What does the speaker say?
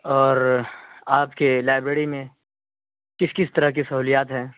اور آپ کے لائیبریری میں کس کس طرح کی سہولیات ہیں